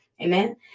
Amen